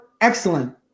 excellent